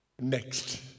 next